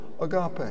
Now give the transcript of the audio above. agape